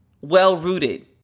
well-rooted